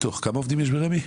כמה עובדים יש ברמ"י?